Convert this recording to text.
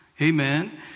Amen